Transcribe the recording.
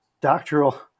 doctoral